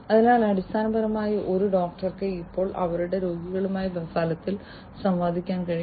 അതിനാൽ അടിസ്ഥാനപരമായി ഒരു ഡോക്ടർക്ക് ഇപ്പോൾ അവരുടെ രോഗികളുമായി ഫലത്തിൽ സംവദിക്കാൻ കഴിയും